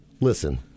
Listen